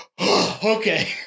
Okay